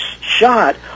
shot